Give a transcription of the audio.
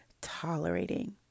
tolerating